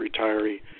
retiree